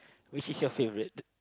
which is your favourite